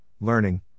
learning